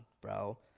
bro